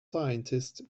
scientist